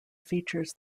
features